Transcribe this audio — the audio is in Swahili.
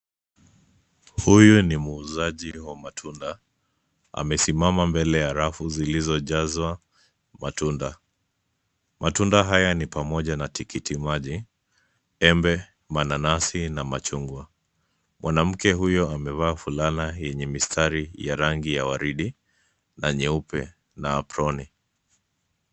Huyu ni muuzaji wa matunda, amesimama mbele ya rafu zilizojazwa matunda, matunda haya ni pamoja na tikitimaji, embe mananasi na machungwa, mwanamke huyo amevaa fulana yenye mistari ya rangi ya waridi na yeupe na aproni .